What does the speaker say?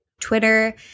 Twitter